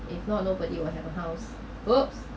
if not nobody would have a house !oops!